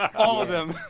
all of them.